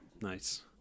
Nice